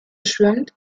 schwimmt